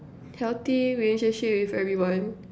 healthy relationship with everyone